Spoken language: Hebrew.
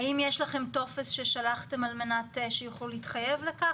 יש טופס ששלחתם שיוכלו להתחייב לכך?